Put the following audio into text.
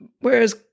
whereas